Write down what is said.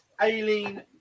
Aileen